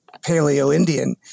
Paleo-Indian